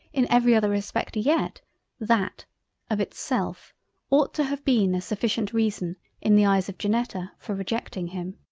in every other respect yet that of itself ought to have been a sufficient reason in the eyes of janetta for rejecting him.